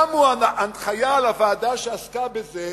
נתנו הנחיה לוועדה שעסקה בזה,